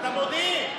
אתה מודיעין.